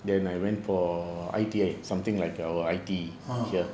ah ah